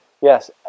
Yes